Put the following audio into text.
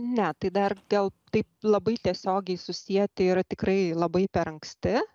ne tai dar gal taip labai tiesiogiai susieti yra tikrai labai per anksti